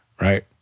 right